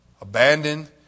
Abandoned